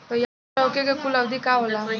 तैयार होखे के कूल अवधि का होला?